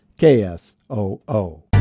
KSOO